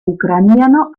ucraniano